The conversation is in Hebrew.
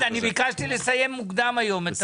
לעניין סעיף 61. ביקשתי לסיים מוקדם היום.